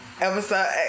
Episode